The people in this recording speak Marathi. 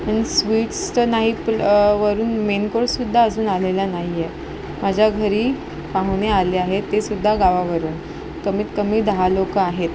स् स्वीट्स तर नाही वरून मेन कोर्ससुद्धा अजून आलेला नाही आहे माझ्या घरी पाहुणे आले आहेत तेसुद्धा गावावरून कमीत कमी दहा लोकं आहेत